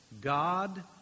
God